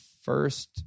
first